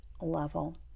level